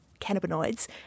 cannabinoids